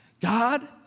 God